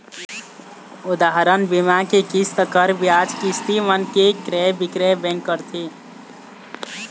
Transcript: उदाहरन, बीमा के किस्त, कर, बियाज, किस्ती मन के क्रय बिक्रय बेंक करथे